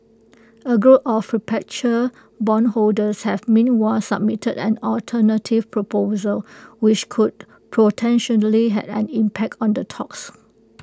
A group of perpetual bondholders have meanwhile submitted an alternative proposal which could potentially have an impact on the talks